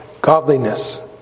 Godliness